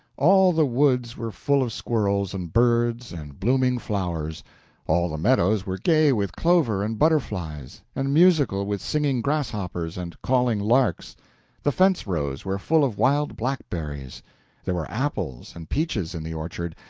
all the woods were full of squirrels and birds and blooming flowers all the meadows were gay with clover and butterflies, and musical with singing grasshoppers and calling larks the fence-rows were full of wild blackberries there were apples and peaches in the orchard,